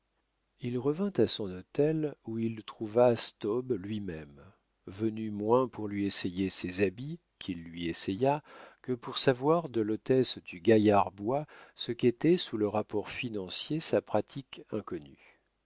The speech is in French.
il revint à son hôtel où il trouva staub lui-même venu moins pour lui essayer ses habits qu'il lui essaya que pour savoir de l'hôtesse du gaillard bois ce qu'était sous le rapport financier sa pratique inconnue